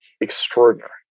extraordinary